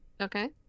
Okay